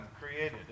created